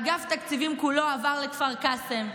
אגף התקציבים כולו עבר לכפר קאסם,